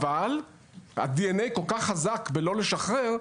אבל הדי-אן-איי כל כך חזק לא לשחרר,